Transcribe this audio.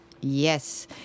yes